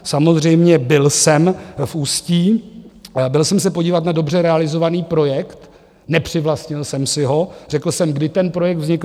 Samozřejmě byl jsem v Ústí, byl jsem se podívat na dobře realizovaný projekt, nepřivlastnil jsem si ho, řekl jsem, kdy ten projekt vznikl.